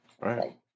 right